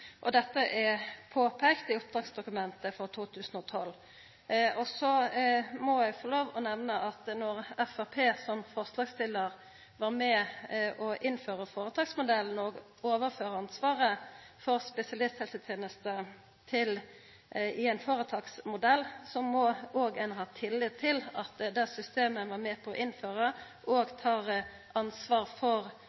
og dette er påpeikt i oppdragsdokumentet for 2012. Så må eg få nemna at når Framstegspartiet, som forslagsstiller, var med på å innføra føretaksmodellen og overføra ansvaret for spesialisthelsetenesta i ein føretaksmodell, må ein ha tillit til at det systemet ein var med på å innføra, òg tek ansvar for vidare- og